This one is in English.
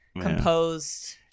composed